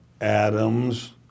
Adams